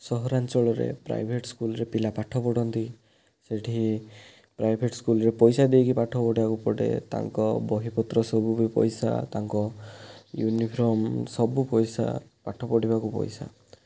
ସହରାଞ୍ଚଳରେ private school ରେ ପିଲା ପାଠ ପଢ଼ନ୍ତି ସେଇଠି ପ୍ରାଇଭେଟ୍ ସ୍କୁଲ୍ ରେ ପଇସା ଦେଇକି ପାଠ ପଢ଼ିବାକୁ ପଡ଼େ ତାଙ୍କ ବହିପତ୍ର ସବୁ ବି ପଇସା ତାଙ୍କ ୟୁନିଫର୍ମ ସବୁ ପଇସା ପାଠ ପଢ଼ିବାକୁ ପଇସା